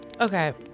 okay